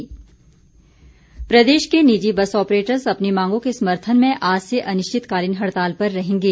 हडताल प्रदेश के निजी बस आप्रेटर्स अपनी मांगों के समर्थन में आज से अनिश्चितकालीन हड़ताल पर रहेंगे